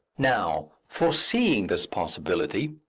now, foreseeing this possibility,